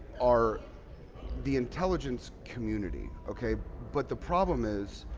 are the intelligence community, okay? but the problem is